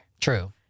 True